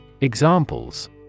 Examples